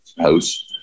house